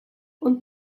und